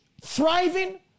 thriving